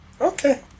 okay